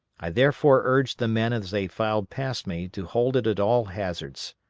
i therefore urged the men as they filed past me to hold it at all hazards.